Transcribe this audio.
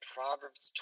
Proverbs